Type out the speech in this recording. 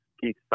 Keith